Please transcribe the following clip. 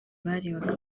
barebaga